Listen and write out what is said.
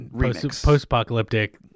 post-apocalyptic